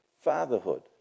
fatherhood